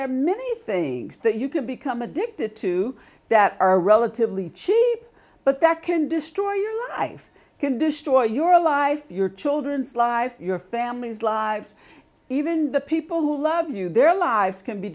are many things that you can become addicted to that are relatively cheap but that can destroy you life can destroy your life your children's life your family's lives even the people who love you their lives can be